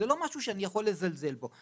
זה לא משהו שאני יכול לזלזל בו.